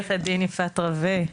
עורכת דין יפעת רווה.